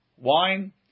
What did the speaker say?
wine